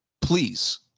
please